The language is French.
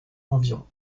environ